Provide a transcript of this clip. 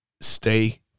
Stay